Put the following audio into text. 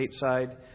stateside